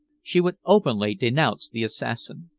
she would openly denounce the assassin.